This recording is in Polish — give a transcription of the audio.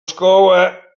szkołę